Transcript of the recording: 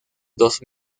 dos